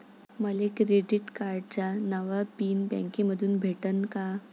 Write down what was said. मले क्रेडिट कार्डाचा नवा पिन बँकेमंधून भेटन का?